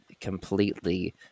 completely